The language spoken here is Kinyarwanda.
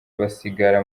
basigara